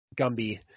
Gumby